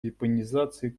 вепонизации